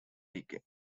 decay